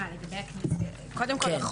קודם כל,